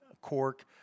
cork